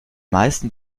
meisten